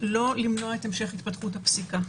לא למנוע את המשך התפתחות הפסיקה.